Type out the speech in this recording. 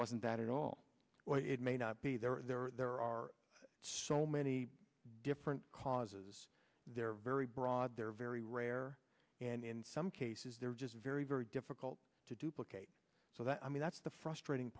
wasn't that at all it may not be there or there are so many different causes they're very broad they're very rare and in some cases they're just very very difficult to duplicate so that i mean that's the frustrating